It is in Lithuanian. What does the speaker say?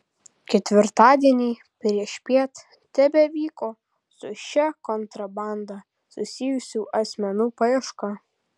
ketvirtadienį priešpiet tebevyko su šia kontrabanda susijusių asmenų paieška